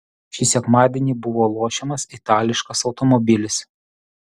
šį sekmadienį buvo lošiamas itališkas automobilis